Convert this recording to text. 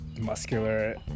muscular